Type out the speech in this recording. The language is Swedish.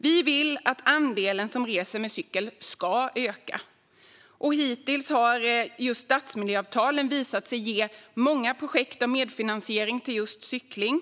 Vi vill att andelen som reser med cykel ska öka. Hittills har stadsmiljöavtalen visat sig ge många projekt med medfinansiering till just cykling.